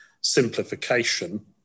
simplification